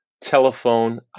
Telephone